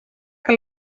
que